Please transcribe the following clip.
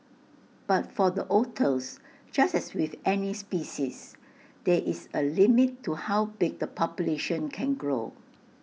but for the otters just as with any species there is A limit to how big the population can grow